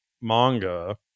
manga